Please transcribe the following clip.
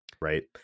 right